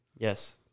Yes